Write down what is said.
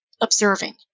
observing